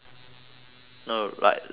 no like let's say you're